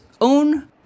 own